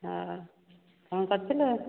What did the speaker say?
ହଁ କ'ଣ କରୁଥିଲୁ